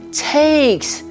takes